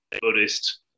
Buddhist